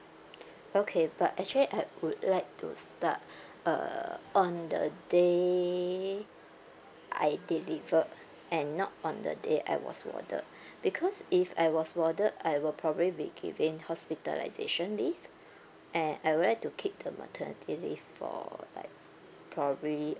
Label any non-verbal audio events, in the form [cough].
okay but actually I would like to start [breath] uh on the day I delivered and not on the day I was warded [breath] because if I was warded I will probably be given hospitalisation leave [breath] and I would like to keep the maternity leave for like probably